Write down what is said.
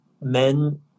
men